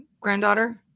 granddaughter